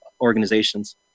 organizations